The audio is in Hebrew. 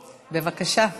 בבקשה.